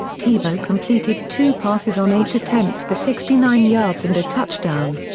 tebow completed two passes on eight attempts for sixty nine yards and a touchdown.